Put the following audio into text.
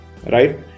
right